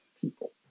people